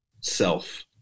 self